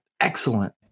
excellent